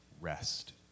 rest